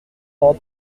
prend